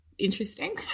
Interesting